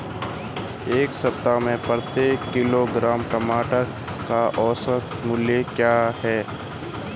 इस सप्ताह प्रति किलोग्राम टमाटर का औसत मूल्य क्या है?